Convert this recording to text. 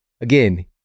again